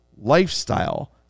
lifestyle